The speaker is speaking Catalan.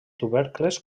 tubercles